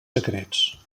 secrets